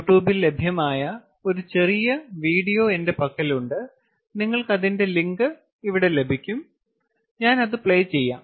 യൂട്യൂബിൽ ലഭ്യമായ ഒരു ചെറിയ വീഡിയോ എന്റെ പക്കലുണ്ട് നിങ്ങൾക്ക് അതിന്റെ ലിങ്കും ഇവിടെ ലഭിക്കും ഞാൻ പ്ലേ ചെയ്യാം